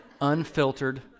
unfiltered